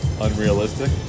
unrealistic